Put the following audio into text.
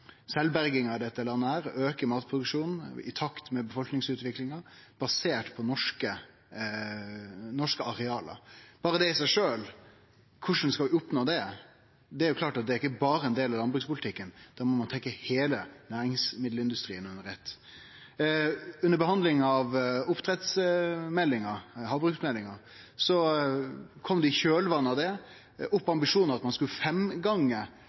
dette landet, auke matproduksjonen i takt med befolkningsutviklinga, basert på norske areal. Berre det i seg sjølv – korleis skal vi oppnå det? Det er klart at dette ikkje berre er ein del av landsbrukspolitikken – her må ein tenkje heile næringsmiddelindustrien under eitt. Under behandlinga av havbruksmeldinga kom det – i kjølvatnet av det – ambisjonar om at ein skulle gange matproduksjonen frå oppdrett med fem